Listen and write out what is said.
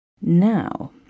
Now